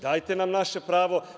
Dajte nam naše pravo.